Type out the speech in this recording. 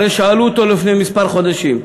הרי שאלו אותו לפני כמה חודשים,